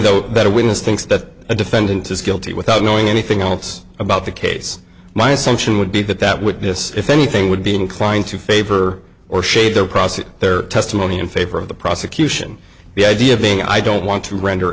though that a witness thinks that a defendant is guilty without knowing anything else about the case my assumption would be that that witness if anything would be inclined to favor or shade their process their testimony in favor of the prosecution the idea of a i don't want to render